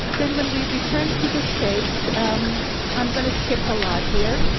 then when we returned to the states um i'm gonna skip a lot here